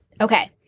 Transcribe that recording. okay